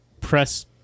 press